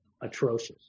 atrocious